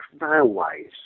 railways